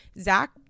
Zach